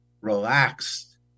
relaxed